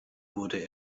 wurde